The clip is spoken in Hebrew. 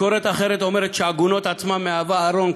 ביקורת אחרת אומרת ש"עגונות" עצמה מהווה ארון